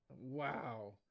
Wow